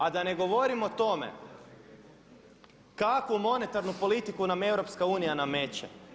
A da ne govorim o tome kakvu monetarnu politiku nam EU nameće.